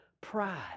pride